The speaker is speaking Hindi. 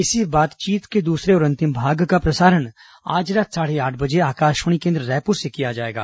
इसी बातचीत के दूसरे और अंतिम भाग का प्रसारण आज रात साढ़े आठ बजे आकाशवाणी केन्द्र रायपुर से किया जाएगा